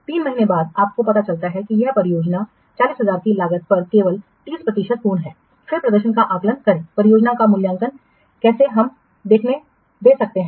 3 महीने के बाद आपको पता चलता है कि यह परियोजना 40000 की लागत पर केवल 30 प्रतिशत पूर्ण है फिर प्रदर्शन का आकलन करें परियोजना का मूल्यांकन कैसे हमें देखने दे सकते हैं